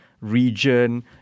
region